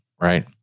right